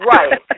Right